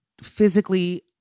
physically